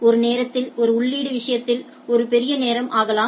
ஒரு நேரத்தில் ஒருஉள்ளீடு விஷயத்தில் ஒரு பெரிய நேரம் ஆகலாம்